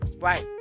right